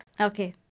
Okay